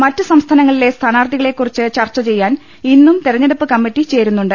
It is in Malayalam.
മറ്റു സംസ്ഥാനങ്ങളിലെ സ്ഥാനാർഥികളെ കുറിച്ച് ചർച്ച ചെയ്യാൻ ഇന്നും തെരഞ്ഞെടുപ്പ് കമ്മിറ്റി യോഗം ചേരുന്നുണ്ട്